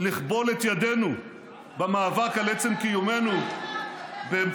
לכבול את ידינו במאבק על עצם קיומנו באמצעות